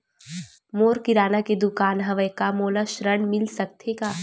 मोर किराना के दुकान हवय का मोला ऋण मिल सकथे का?